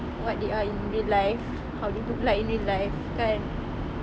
what they are in real life how they look like in real life kan